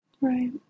Right